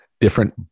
different